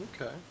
Okay